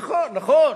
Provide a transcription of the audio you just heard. נכון, נכון.